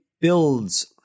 builds